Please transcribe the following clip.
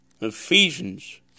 Ephesians